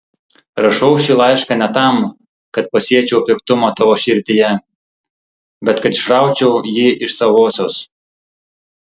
rašau šį laišką ne tam kad pasėčiau piktumą tavo širdyje bet kad išraučiau jį iš savosios